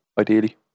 ideally